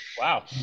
Wow